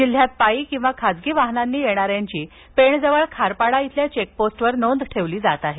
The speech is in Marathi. जिल्हयात पायी किंवा खासगी वाहनांनी येणारयांची पेण जवळ खारपाडा येथील चेकपोस्टवर नोंद ठेवली जात आहे